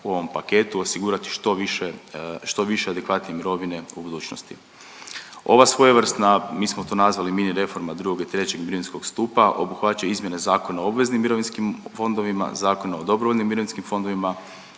u ovom paketu osigurati što više adekvatnije mirovine u budućnosti. Ova svojevrsna mi smo to nazvali mini reforma 2. i 3. mirovinskog stupa obuhvaća izmjene Zakona o obveznim mirovinskim fondovima, Zakona o dobrovoljnim mirovinskim fondovima,